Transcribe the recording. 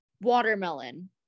Watermelon